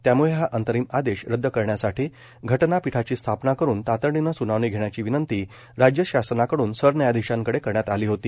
त्यामुळं हा अंतरिम आदेश रदद करण्यासाठी घटनापीठाची स्थापना करून तातडीनं सुनावणी घेण्याची विनंती राज्यशासनाकड्न सरन्यायाधिशांकडे करण्यात आली होती